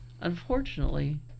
unfortunately